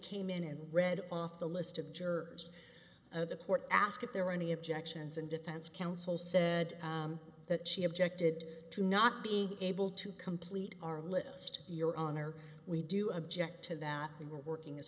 came in and read off the list of jurors of the port ask if there were any objections and defense counsel said that she objected to not being able to complete our list your honor we do object to that we were working as